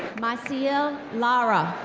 massiel lara.